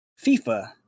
FIFA